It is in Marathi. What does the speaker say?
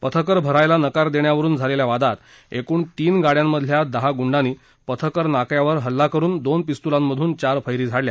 पथकर भरायला नकार देण्यावरुन झालेल्या वादात एकृण तीन गाडयांमधल्या दहा गुंडांनी पथकर नाक्यावर हल्ला करुन दोन पिस्तुलांमधून चार फैरी झाडल्या